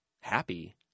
happy